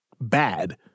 bad